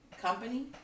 company